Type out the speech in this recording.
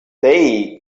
they